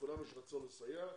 לכולם יש רצון לסייע,